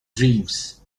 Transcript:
dreams